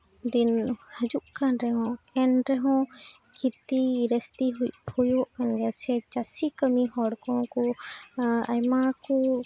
ᱫᱤᱱ ᱦᱤᱡᱩᱜ ᱠᱟᱱ ᱨᱮᱦᱚᱸ ᱮᱱᱨᱮᱦᱚᱸ ᱠᱷᱮᱛᱤ ᱡᱟᱹᱥᱛᱤ ᱦᱩᱭᱩᱜ ᱠᱟᱱ ᱜᱮᱭᱟ ᱥᱮ ᱪᱟᱹᱥᱤ ᱠᱟᱹᱢᱤ ᱦᱚᱲ ᱠᱚᱦᱚᱸ ᱠᱚ ᱟᱭᱢᱟ ᱠᱚ